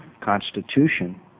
Constitution